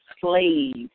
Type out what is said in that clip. slave